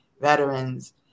veterans